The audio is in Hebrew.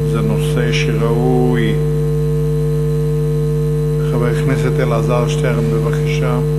זה נושא שראוי, חבר הכנסת אלעזר שטרן, בבקשה.